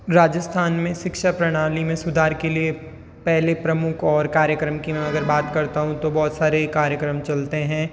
राजस्थान में शिक्षा प्रणाली में सुधार के लिए पहले प्रमुख और कार्यक्रम की मैं अगर बात करता हूँ तो बहुत सारे कार्यक्रम चलते हैं